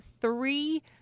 three